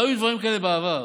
לא היו דברים כאלה בעבר,